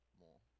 more